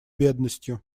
бедностью